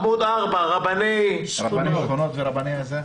עמוד 4, רבני -- רבני שכונות ורבני זה.